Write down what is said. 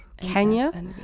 Kenya